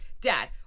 dad